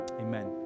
amen